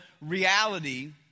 reality